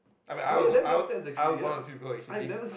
I mean I was I was I was one of the few people actually